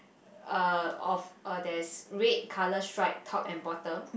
uh of uh there's red colour stripe top and bottom